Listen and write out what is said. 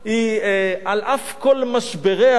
על אף כל משבריה,